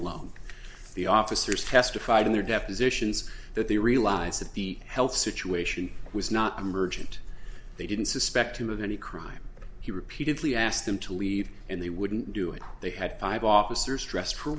alone the officers testified in their depositions that they realized that the health situation was not emergent they didn't suspect him of any crime he repeatedly asked them to leave and they wouldn't do it they had five officers dressed for